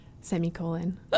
Semicolon